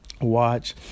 watch